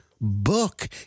book